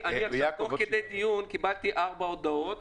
אני עכשיו תוך כדי דיון קיבלתי ארבע הודעות,